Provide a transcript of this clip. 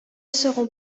seront